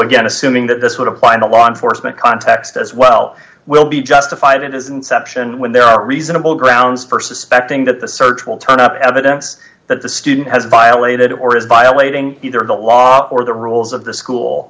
again assuming that this would apply in a law enforcement context as well will be justified it is inception when there are reasonable grounds for suspecting that the search will turn up evidence that the student has violated or is violating either the law or the rules of the school